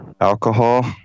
alcohol